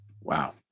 Wow